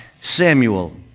Samuel